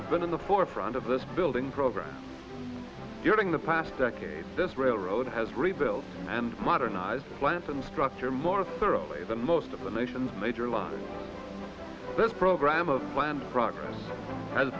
have been in the forefront of this building program during the past decade this railroad has rebuilt and modernized plants and structure more thoroughly than most of the nation's major lines this program of planned progress has